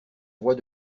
voix